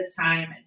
time